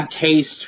taste